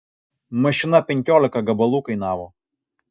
mašina penkiolika gabalų kainavo